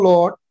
Lord